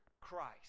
Christ